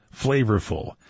flavorful